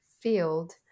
field